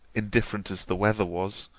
indifferent as the weather was,